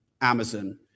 Amazon